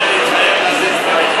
אתה יודע להתחייב ולהזיז דברים,